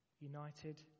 united